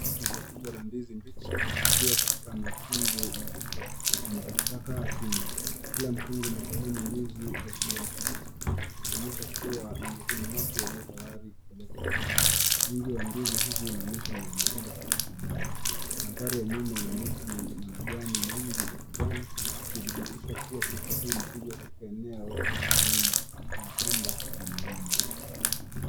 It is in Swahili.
Rundo kubwa za ndizi mbichi zikiwa katika mikungu mizito ime tapakaa chini. Kila mkungu msheheni ndizi za kijani kibichi zikionyesha kuwa ni tayari kupelkwa sokoni. Wingi wa ndizi zina onyesha ume tolewa kutoka shambani. Mandhari ya nyuma ina miti na majani mengi ya kijani ikidhibitisha kuwa picha hii ime pigwa katika eneo la kiloma kama shamba la migomba.